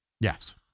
Yes